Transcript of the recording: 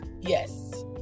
Yes